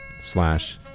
slash